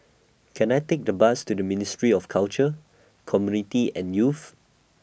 Can I Take The Bus to The Ministry of Culture Community and Youth